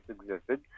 existed